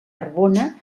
arbona